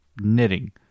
knitting